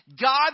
God